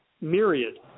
myriad